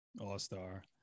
all-star